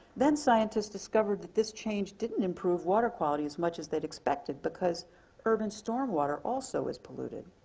then scientists discovered that this change didn't improve water quality as much as they expected, because urban storm water also was polluted.